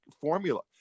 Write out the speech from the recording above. formula